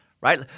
right